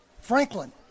Franklin